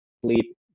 sleep